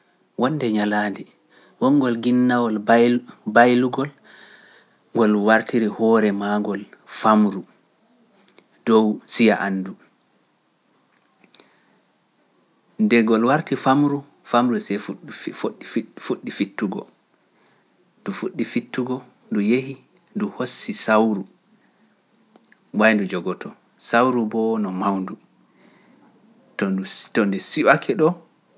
Woɗnde ñalaande, wonngol ginnawol baylugol ngol wartiri hoore maa ngol famru dow siya anndu. ndegol warti famru, famru see fuɗɗi fittugo, ndu fuɗɗi fittugo ndu yehi ndu hosi sawru, way ndu jogoto, sawru boo no mawndu, to ndu siwake ɗo.